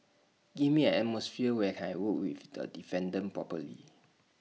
give me an atmosphere where I can work with the defendant properly